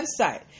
website